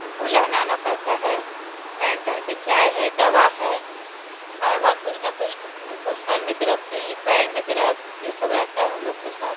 उनको नेहलाना पड़ता है टाइम टाइम से चाय है दवा है हर वक़्त कुछ ना कुछ उनको सिर में दर्द कहीं पैर में दर्द ये सब रहता है उन लोग के साथ